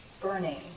burning